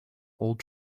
old